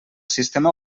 sistema